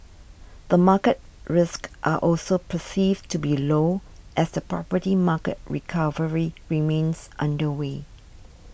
the market risks are also perceived to be low as the property market recovery remains underway